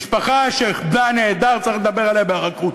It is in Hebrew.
משפחה של נעדר, צריך לדבר אליה ברכות.